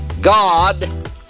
God